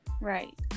Right